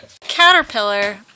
caterpillar